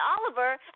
Oliver